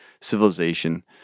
civilization